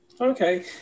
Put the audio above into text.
Okay